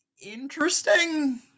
interesting